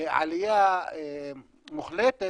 עלייה מוחלטת,